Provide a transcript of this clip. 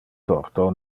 torto